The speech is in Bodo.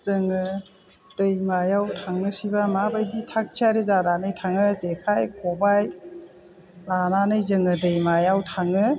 जोङो दैमायाव थांनोसैबा मा बायदि थाग थियारि जानानै थाङो जेखाय खबाय लानानै जोङो दैमायाव थाङो